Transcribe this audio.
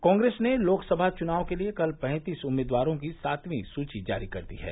कांग्रेस ने लोकसभा चुनाव के लिए कल पैंतीस उम्मीदवारों की सातवीं सूची जारी कर दी है